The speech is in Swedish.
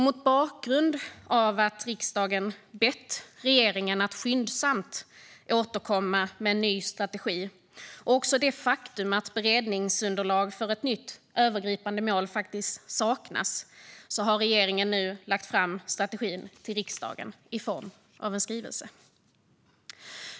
Mot bakgrund av att riksdagen bett regeringen att skyndsamt återkomma med en ny strategi, och även det faktum att beredningsunderlag för ett nytt övergripande mål saknas, har regeringen nu lagt fram strategin till riksdagen i form av en skrivelse.